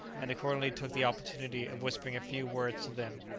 and accordingly took the opportunity of whispering a few words to them.